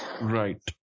Right